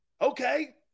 Okay